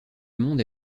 monde